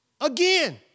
Again